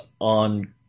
on